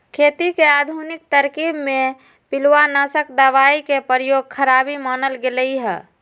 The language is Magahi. खेती के आधुनिक तरकिब में पिलुआनाशक दबाई के प्रयोग खराबी मानल गेलइ ह